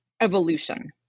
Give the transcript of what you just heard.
evolution